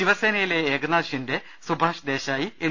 ശിവസേനയിലെ Eknath Shinde Subhash Desai N